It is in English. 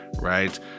Right